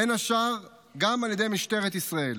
בין השאר גם על ידי משטרת ישראל.